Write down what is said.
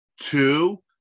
Two